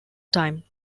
time